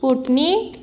sputnik